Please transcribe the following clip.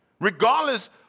regardless